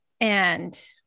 and-